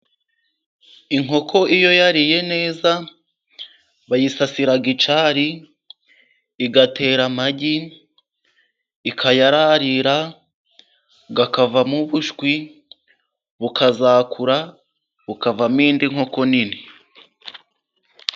Inkoko iyo yariye neza bayisasira icyari igatera amagi ikayararira akavamo ubushwi bukazakura bukavamo indi nkoko nini.